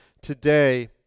today